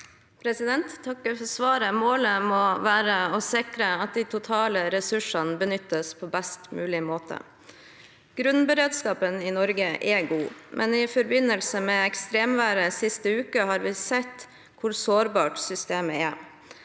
Målet må være å sikre at de totale ressursene benyttes på best mulig måte. Grunnberedskapen i Norge er god, men i forbindelse med ekstremværet sist uke har vi sett hvor sårbart systemet er.